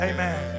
Amen